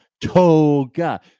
toga